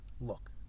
look